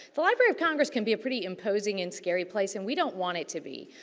the library of congress can be a pretty imposing and scary place. and, we don't want it to be.